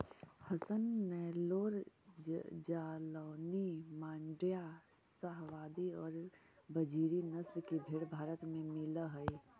हसन, नैल्लोर, जालौनी, माण्ड्या, शाहवादी और बजीरी नस्ल की भेंड़ भारत में मिलअ हई